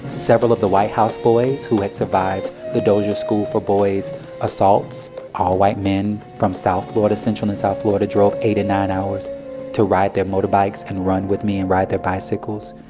several of the white house boys who had survived the dozier school for boys assaults all white men from south florida central and south florida drove eight or and nine hours to ride their motorbikes and run with me and ride their bicycles.